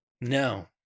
No